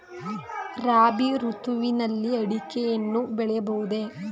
ರಾಬಿ ಋತುವಿನಲ್ಲಿ ಅಡಿಕೆಯನ್ನು ಬೆಳೆಯಬಹುದೇ?